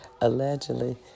allegedly